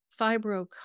fibro